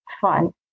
fun